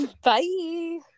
Bye